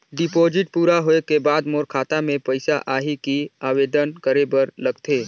Deposit पूरा होय के बाद मोर खाता मे पइसा आही कि आवेदन करे बर लगथे?